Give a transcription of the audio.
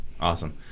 Awesome